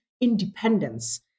independence